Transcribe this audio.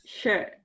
sure